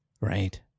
right